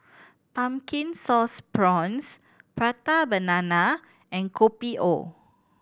Pumpkin Sauce Prawns Prata Banana and Kopi O